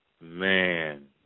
Man